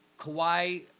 Kawhi